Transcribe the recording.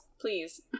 please